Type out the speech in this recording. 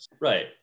Right